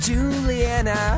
Juliana